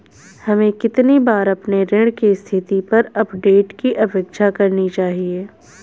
हमें कितनी बार अपने ऋण की स्थिति पर अपडेट की अपेक्षा करनी चाहिए?